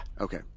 Okay